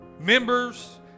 members